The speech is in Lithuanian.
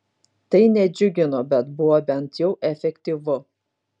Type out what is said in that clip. tai nedžiugino bet buvo bent jau efektyvu